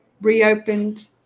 reopened